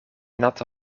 natte